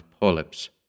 polyps